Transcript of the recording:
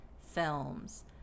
films